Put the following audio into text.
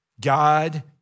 God